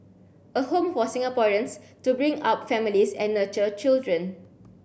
a home for Singaporeans to bring up families and nurture children